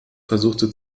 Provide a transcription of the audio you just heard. versuchte